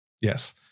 Yes